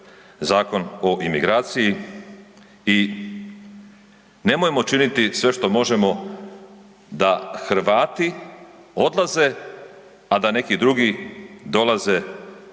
Zakon o imigraciji i nemojmo činiti sve što možemo da Hrvati odlaze, a da neki drugi dolaze